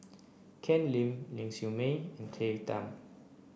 Ken Lim Ling Siew May and Claire Tham